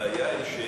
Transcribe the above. הבעיה היא,